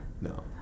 no